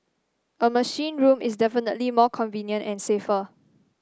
a machine room is definitely more convenient and safer